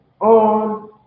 on